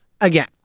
again